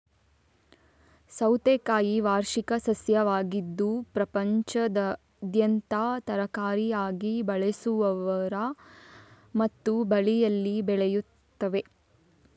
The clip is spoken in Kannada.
ಸೌತೆಕಾಯಿ ವಾರ್ಷಿಕ ಸಸ್ಯವಾಗಿದ್ದು ಪ್ರಪಂಚದಾದ್ಯಂತ ತರಕಾರಿಯಾಗಿ ಬಳಸುವರು ಮತ್ತು ಬಳ್ಳಿಯಲ್ಲಿ ಬೆಳೆಯುತ್ತವೆ